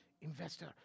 Investor